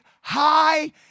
high